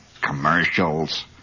commercials